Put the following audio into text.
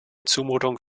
zumutung